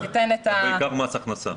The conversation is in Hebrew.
בעיקר מס הכנסה.